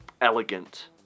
elegant